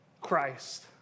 Christ